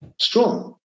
strong